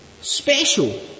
special